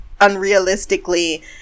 unrealistically